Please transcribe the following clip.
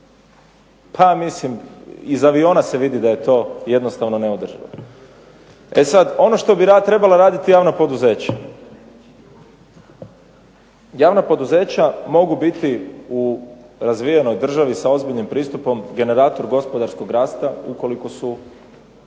Pa mislim da se iz aviona vidi da je to jednostavno neodrživo. E sada ono što bi trebala raditi javna poduzeća. Javna poduzeća mogu biti u razvijenoj državi sa ozbiljnim pristupom generator gospodarskog rasta ukoliko su